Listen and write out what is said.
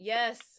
Yes